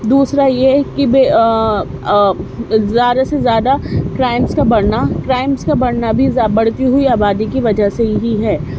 دوسرا یہ کہ زیادہ سے زیادہ کرائمز کا بڑھنا کرائمز کا بڑھنا بھی بڑھتی ہوئی آبادی کی وجہ سے ہی ہے